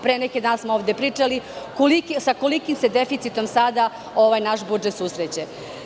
Pre neki dan smo ovde pričali sa kolikim se deficitom sada naš budžet susreće.